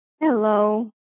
Hello